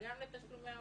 גם לתשלומי ההורים.